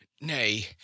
Nay